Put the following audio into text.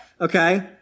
okay